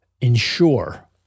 ensure